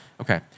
okay